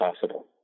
possible